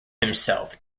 himself